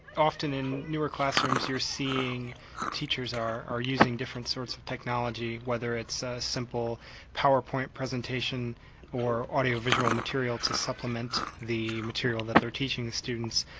often in newer classrooms you're seeing teachers are are using different sorts of technology, whether it's a simple powerpoint presentation or audio visual material to supplement the material that they're teaching the students,